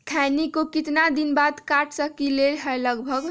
खैनी को कितना दिन बाद काट सकलिये है लगभग?